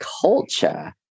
culture